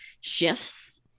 shifts